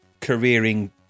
careering